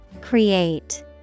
Create